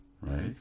right